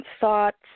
Thoughts